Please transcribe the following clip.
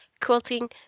quilting